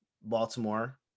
Baltimore